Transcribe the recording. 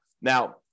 Now